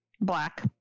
Black